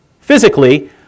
physically